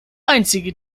einzige